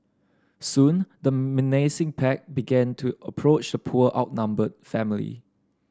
soon the menacing pack began to approach the poor outnumbered family